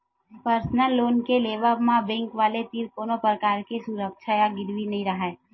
personal loan के लेवब म बेंक वाले तीर कोनो परकार के सुरक्छा या गिरवी नइ राहय